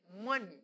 money